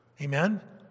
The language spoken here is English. Amen